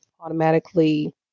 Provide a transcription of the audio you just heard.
automatically